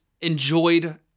Enjoyed